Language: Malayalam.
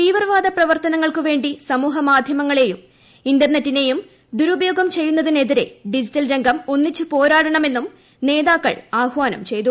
തീവ്രവാദ പ്രവർത്തനങ്ങൾക്കു വേണ്ടിസമൂഹ മാധ്യമങ്ങളെയും ഇന്റർനെറ്റിനെയും ദുരുപ യോഗം ചെയ്യുന്നതിനെതിരെ ഡിജിറ്റൽ രംഗം ഒന്നിച്ചു പോരാട ണമെന്നും നേതാക്കൾ ആഹ്വാനം ചെയ്തു